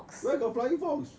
where got flying fox